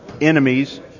enemies